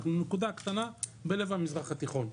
אנחנו נקודה קטנה בלב המזרח התיכון.